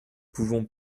pouvons